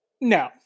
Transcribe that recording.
No